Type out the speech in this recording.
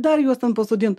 dar juos ten pasodint